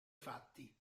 fatti